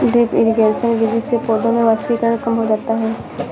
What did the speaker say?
drip irrigation विधि से पौधों में वाष्पीकरण कम हो जाता है